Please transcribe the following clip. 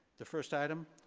the first item,